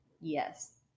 Yes